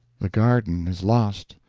the garden is lost,